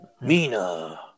Mina